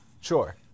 Sure